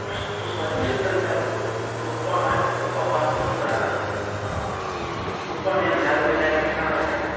ಅಷ್ಟು ಸ್ವಚ್ಚ ಇತ್ತಂತೆ ಅದು ತುಪ್ಪ ಹಾಕಿ ತುಪ್ಪ ಬಾರಿಸೋದಂದ್ರಾ ತುಪ್ಪನೇನು ನೆಲದ ಮೇಲೆ ಹಾಕಿ ತಕೋಳದಾಗತ್ತ